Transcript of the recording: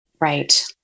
Right